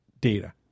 data